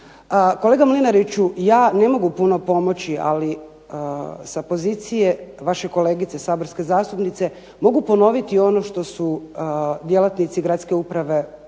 Kolega Mlinariću ja ne mogu puno pomoći, ali sa pozicije vaše kolegice saborske zastupnice mogu ponoviti ono što su djelatnici Gradske uprave grada